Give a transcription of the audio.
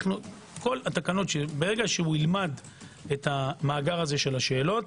ברגע שילמד את מאגר השאלות,